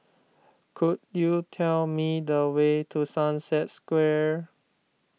could you tell me the way to Sunset Square